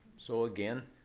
so again,